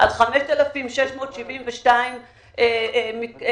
חברים נכבדים גם דיברו במליאת הכנסת, כמו מיקי